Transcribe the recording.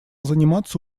заниматься